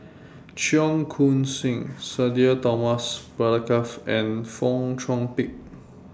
Cheong Koon Seng Sudhir Thomas Vadaketh and Fong Chong Pik